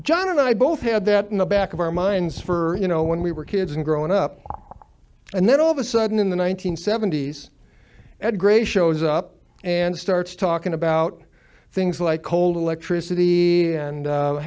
john and i both had that in the back of our minds for you know when we were kids and growing up and then all of a sudden in the one nine hundred seventy s ed gray shows up and starts talking about things like old electricity and